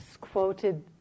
quoted